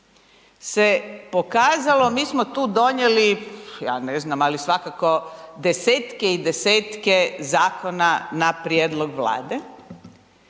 se pokazalo, mi smo tu donijeli, ja ne znam, ali svakako desetke i desetke zakona na prijedlog Vlade